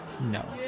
no